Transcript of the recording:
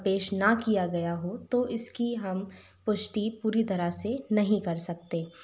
पेश ना किया गया हो तो इसकी हम पुष्टि पूरी तरह से नहीं कर सकते